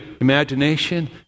imagination